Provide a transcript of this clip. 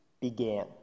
began